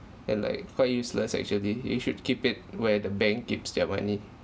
and like quite useless actually you should keep it where the bank keeps their money